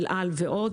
חברת אל על ועוד